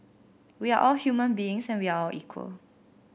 we're all human beings and we all are equal